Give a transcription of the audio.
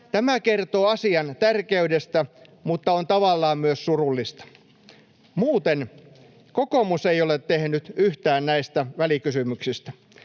Tämä kertoo asian tärkeydestä mutta on tavallaan myös surullista. Muuten: kokoomus ei ole tehnyt yhtään näistä välikysymyksistä.